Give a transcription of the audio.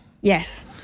Yes